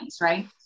right